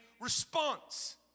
response